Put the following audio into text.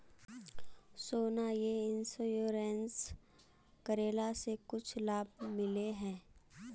सोना यह इंश्योरेंस करेला से कुछ लाभ मिले है?